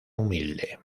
humilde